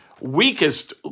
Weakest